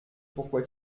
pourquoi